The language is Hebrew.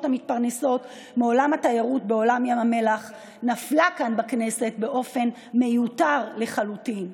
המתפרנסות מעולם התיירות בים המלח נפלה כאן בכנסת באופן מיותר לחלוטין.